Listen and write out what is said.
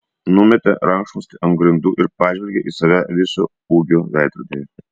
numetė rankšluostį ant grindų ir pažvelgė į save viso ūgio veidrodyje